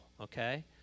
okay